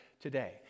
today